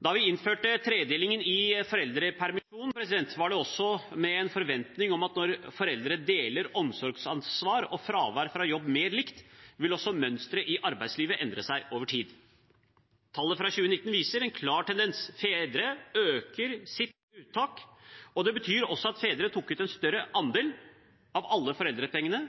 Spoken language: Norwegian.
Da vi innførte tredelingen i foreldrepermisjonen var det også med en forventning om at når foreldre deler omsorgsansvar og fravær fra jobb likere, vil også mønsteret i arbeidslivet endre seg over tid. Tallene fra 2019 viser en klar tendens: fedre øker sitt uttak. Det betyr også at fedre tok ut en større andel av alle